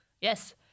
Yes